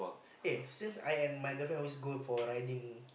eh since I and my girlfriend always go for riding